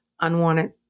unwanted